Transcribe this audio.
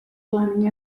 planning